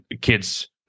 kids